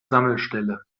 sammelstelle